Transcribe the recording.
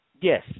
Yes